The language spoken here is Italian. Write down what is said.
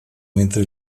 mentre